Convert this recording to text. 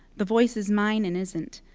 the voice is mine, and isn't.